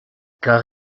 car